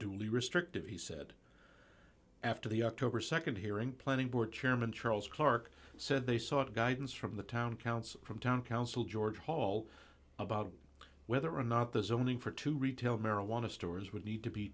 unduly restrictive he said after the october nd hearing planning board chairman charles clarke said they sought guidance from the town council from town council george hall about whether or not the zoning for two retail marijuana stores would need to be